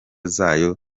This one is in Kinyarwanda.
zayo